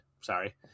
sorry